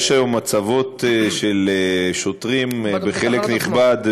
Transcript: -- יש היום הצבות של שוטרים בחלק נכבד -- בתחנות עצמן.